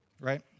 right